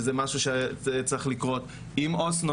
שזה משהו שצריך לקרות ועם עובד סוציאלי